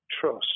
trust